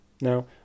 Now